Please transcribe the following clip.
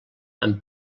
amb